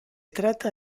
trata